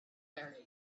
very